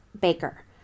Baker